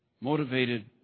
motivated